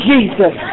Jesus